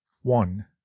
One